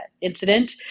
incident